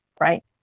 right